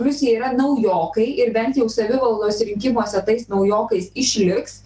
plius jie yra naujokai ir bent jau savivaldos rinkimuose tais naujokais išliks